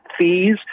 fees